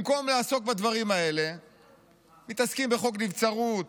במקום לעסוק בדברים האלה מתעסקים בחוק נבצרות,